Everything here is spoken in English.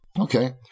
Okay